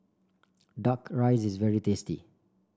duck rice is very tasty